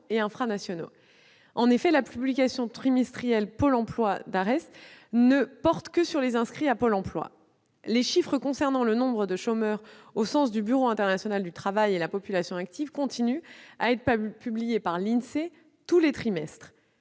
En effet, la publication trimestrielle Pôle emploi-DARES ne porte que sur les inscrits à Pôle emploi. Les chiffres concernant le nombre de chômeurs au sens du Bureau international du travail et la population active continuent à être publiés par l'INSEE tous les trimestres.